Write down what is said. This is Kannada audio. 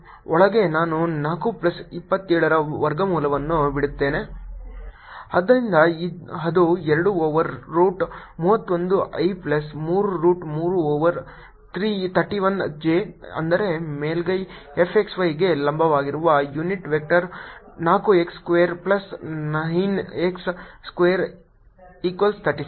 ಒಳಗೆ ನಾನು 4 ಪ್ಲಸ್ 27 ರ ವರ್ಗಮೂಲವನ್ನು ಬಿಡುತ್ತೇನೆ ಆದ್ದರಿಂದ ಅದು 2 over root 31 i plus 3 root 3 over 31 j ಅಂದರೆ ಮೇಲ್ಮೈ fxy ಗೆ ಲಂಬವಾಗಿರುವ unit vector 4 x square plus 9 x square equals 36